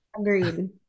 Agreed